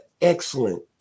excellent